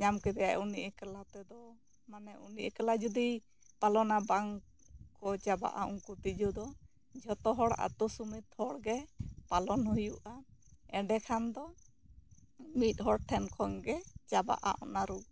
ᱧᱟᱢ ᱠᱮᱫᱮᱭᱟ ᱩᱱᱤ ᱮᱠᱞᱟ ᱛᱮᱫᱚ ᱢᱟᱱᱮ ᱩᱱᱤ ᱮᱠᱞᱟ ᱡᱩᱫᱤ ᱯᱟᱞᱚᱱᱟ ᱵᱟᱝ ᱠᱚ ᱪᱟᱵᱟᱜᱼᱟ ᱩᱝᱠᱩ ᱛᱤᱡᱩ ᱫᱚ ᱡᱷᱚᱛᱚ ᱦᱚᱲ ᱟᱛᱳ ᱥᱚᱢᱮᱛ ᱦᱚᱲ ᱜᱮ ᱯᱟᱞᱚᱱ ᱦᱩᱭᱩᱜᱼᱟ ᱮᱸᱰᱮᱠᱷᱟᱱ ᱫᱚ ᱢᱤᱫ ᱦᱚᱲ ᱴᱷᱮᱱ ᱠᱷᱚᱱ ᱜᱮ ᱪᱟᱵᱟᱜᱼᱟ ᱚᱱᱟ ᱨᱳᱜᱽ ᱫᱚ